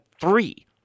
three